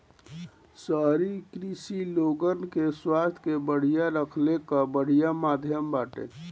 शहरी कृषि लोगन के स्वास्थ्य के बढ़िया रखले कअ बढ़िया माध्यम बाटे